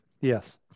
Yes